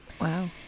Wow